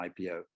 IPO